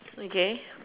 okay